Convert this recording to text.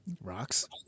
Rocks